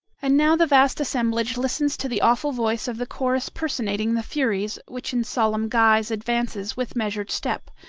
and now the vast assemblage listens to the awful voice of the chorus personating the furies, which in solemn guise advances with measured step,